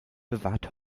bewahrt